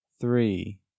Three